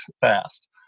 fast